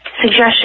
suggestion